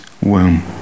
womb